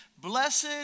blessed